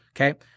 Okay